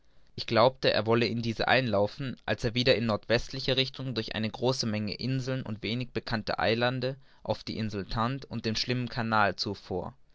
ich glaubte er wolle in diese einlaufen als er wieder in nordwestlicher richtung durch eine große menge inseln und wenig bekannter eilande auf die insel tound und den schlimmen kanal zufuhr